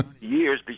years